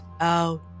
out